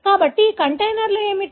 కాబట్టి ఈ కంటైనర్లు ఏమిటి